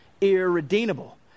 irredeemable